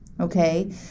okay